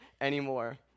anymore